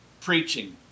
preaching